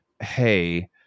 hey